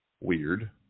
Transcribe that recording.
Weird